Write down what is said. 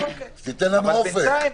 תן לנו אופק.